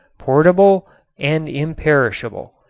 portable and imperishable.